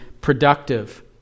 productive